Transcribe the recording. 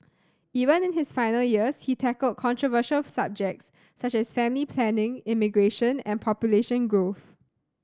even in his final years he tackled controversial subjects such as family planning immigration and population growth